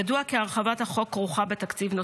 ידוע כי הרחבת החוק כרוכה בתקציב נוסף,